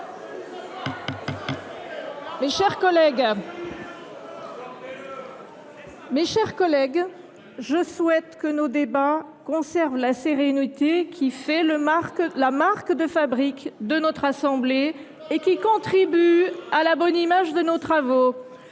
Mes chers collègues, je souhaite que nos débats conservent la sérénité qui est la marque de fabrique de notre assemblée… Pas de la gauche !… et qui contribue à la bonne image de nos travaux.